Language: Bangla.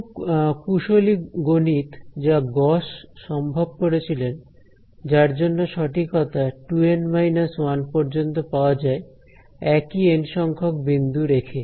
খুব কুশলী গণিত যা গস সম্ভব করেছিলেন যার জন্য সঠিকতা 2N 1 পর্যন্ত পাওয়া যায় একই এন সংখ্যক বিন্দু রেখে